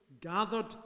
gathered